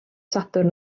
sadwrn